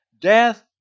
death